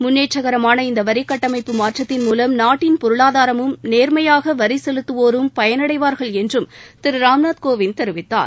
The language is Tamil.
முன்னேற்றகரமான இந்தவரிகட்டமைப்பு மாற்றத்தின் மூலம் நாட்டின் பொருளாதாரமும் நோ்மையாகவரிசெலுத்துவோரும் பயனடைவார்கள் என்றும் திருராம்நாத் கோவிந்த் தெரிவித்தார்